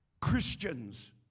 Christians